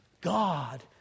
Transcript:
God